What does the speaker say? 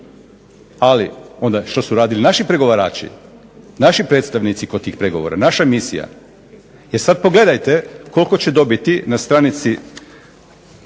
Ali onda što su radili naši pregovarači, naši predstavnici kod tih pregovora, naša misija. Jer sad pogledajte koliko će dobiti na stranici